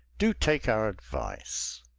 do take our advice!